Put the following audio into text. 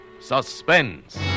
Suspense